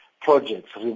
projects